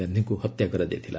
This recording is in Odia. ଗାନ୍ଧୀଙ୍କୁ ହତ୍ୟା କରାଯାଇଥିଲା